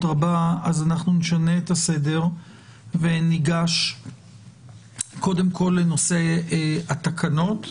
רבה אנחנו נשנה את הסדר וניגש קודם כל לנושא התקנות.